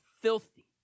filthy